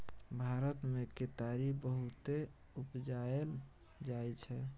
भारत मे केतारी बहुते उपजाएल जाइ छै